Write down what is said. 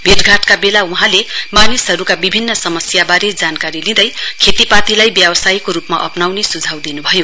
भेटघाटका बेला वहाँले मानिसहरूका विभिन्न समस्या बारे जानकारी लिँदै खेतीपातीलाई व्यवसायको रूपमा अप्नाउने सुझाउ दिनुभयो